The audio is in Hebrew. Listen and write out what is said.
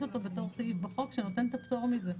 אותו בתור סעיף בחוק שנותן את הפטור מזה.